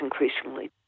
increasingly